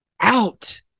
out